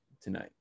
tonight